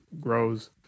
grows